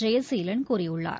ஜெயசீலன் கூறியுள்ளார்